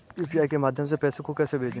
UPI के माध्यम से पैसे को कैसे भेजें?